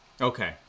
Okay